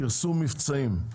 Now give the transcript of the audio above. פרסום מבצעים,